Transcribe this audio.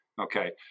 Okay